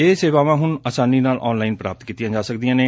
ਇਹ ਸੇਵਾਵਾਂ ਹੁਣ ਆਸਾਨੀ ਨਾਲ ਆਨਲਾਈਨ ਪ੍ਰਾਪਤ ਕੀਤੀਆਂ ਜਾ ਸਕਦੀਆ ਨੇ